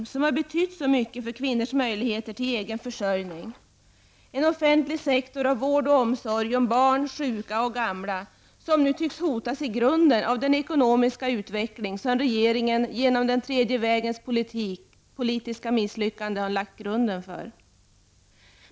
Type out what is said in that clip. Den offentliga sektorn har betytt mycket för kvinnors möjligheter till egen försörjning, en offentlig sektor av vård och omsorg om barn, sjuka och gamla, vilken nu tycks hotas i grunden av den ekonomiska utveckling som regeringen genom den tredje vägens politiska misslyckande har lagt grunden till.